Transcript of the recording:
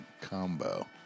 combo